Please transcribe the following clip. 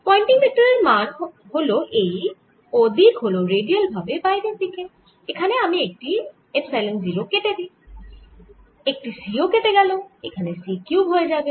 Poynting ভেক্টরের মান হল এই ও দিক হল রেডিয়াল ভাবে বাইরের দিকে এখানে আমি একটি করে এপসাইলন 0 কেটে দিই একটি c ও কেটে দিলে এখানে c কিউব হয়ে যাবে